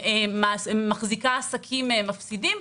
שמחזיקה עסקים מפסידים.